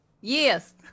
Yes